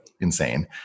insane